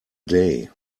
day